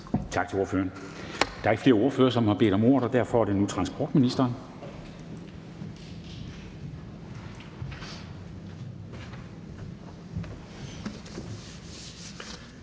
Tak til ordføreren. Der er ikke flere ordførere, som har bedt om ordet, og derfor er det nu transportministeren.